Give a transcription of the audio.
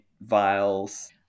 vials